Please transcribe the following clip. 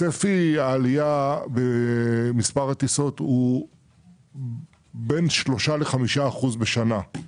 צפי העלייה במספר הטיסות הוא בין 3% ל-5% בשנה,